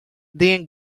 then